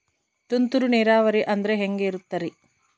ತುಂತುರು ನೇರಾವರಿ ಅಂದ್ರೆ ಹೆಂಗೆ ಇರುತ್ತರಿ?